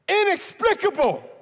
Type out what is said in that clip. Inexplicable